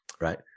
right